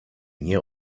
nie